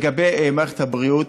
לגבי מערכת הבריאות,